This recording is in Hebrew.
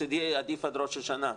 מצדי עדיף עד ראש השנה,